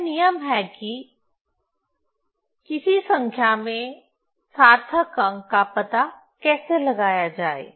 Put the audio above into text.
यह नियम है कि किसी संख्या के सार्थक अंक का पता कैसे लगाया जाए